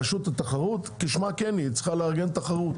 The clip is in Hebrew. רשות התחרות, כשמה כן היא, היא צריכה לארגן תחרות